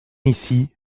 ici